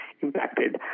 impacted